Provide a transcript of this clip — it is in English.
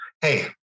hey